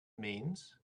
means